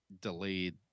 delayed